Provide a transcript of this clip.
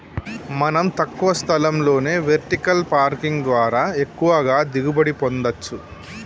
మనం తక్కువ స్థలంలోనే వెర్టికల్ పార్కింగ్ ద్వారా ఎక్కువగా దిగుబడి పొందచ్చు